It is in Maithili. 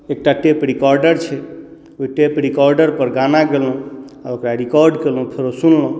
एकटा टेप रिकॉर्डर छै ओहि टेप रिकॉर्डरपर गाना गएलहुँ आओर ओकरा रिकॉर्ड केलहुँ फेरो सुनलहुँ